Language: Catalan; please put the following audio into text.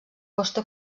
costa